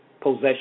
possession